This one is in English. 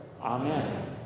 Amen